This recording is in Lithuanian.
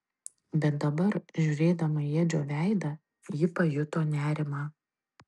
bet dabar žiūrėdama į edžio veidą ji pajuto nerimą